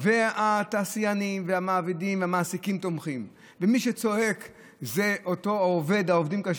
והתעשיינים והמעבידים והמעסיקים תומכים ומי שצועק זה העובדים,